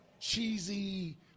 cheesy –